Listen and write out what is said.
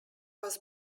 was